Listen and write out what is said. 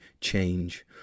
change